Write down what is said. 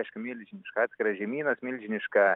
aišku milžiniška atskiras žemynas milžiniška